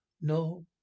no